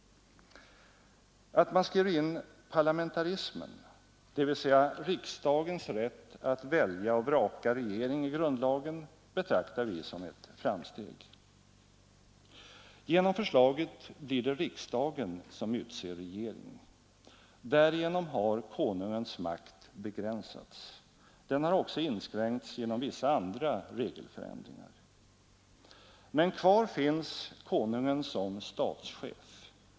Att man skriver in parlamentarismen dvs. riksdagens rätt att välja och vraka regering — i grundlagen betraktar vi som ett framsteg. Genom förslaget blir det riksdagen som utser regering. Därigenom har konungens makt begränsats. Den har också inskränkts genom vissa andra regelförändringar. Men kvar finns konungen som statschef.